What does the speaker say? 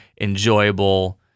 enjoyable